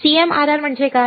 CMRR म्हणजे काय